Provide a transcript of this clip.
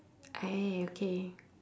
ah okay